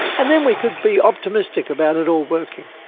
and then we could be optimistic about it all working.